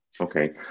okay